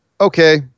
okay